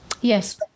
Yes